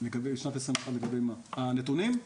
לגבי הנתונים?